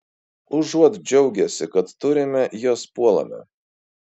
užuot džiaugęsi kad turime jas puolame